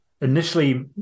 initially